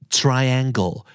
triangle